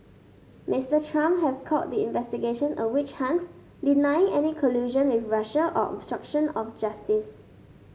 Mister Trump has called the investigation a witch hunt deny any collusion with Russia or obstruction of justice